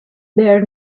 there